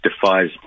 defies